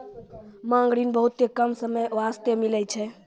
मांग ऋण बहुते कम समय बास्ते मिलै छै